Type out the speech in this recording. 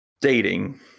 dating